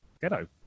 Ghetto